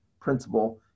principle